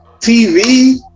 TV